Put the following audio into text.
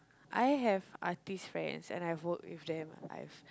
I have artist friends and I've work with them I've